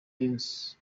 dance